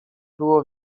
było